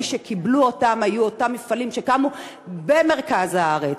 מי שקיבלו היו אותם מפעלים שקמו במרכז הארץ.